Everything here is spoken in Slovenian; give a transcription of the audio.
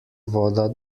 voda